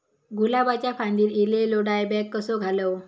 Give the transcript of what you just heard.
गुलाबाच्या फांदिर एलेलो डायबॅक कसो घालवं?